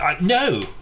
No